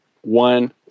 one